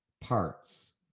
parts